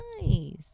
nice